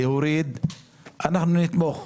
להוריד אנחנו נתמוך.